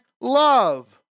love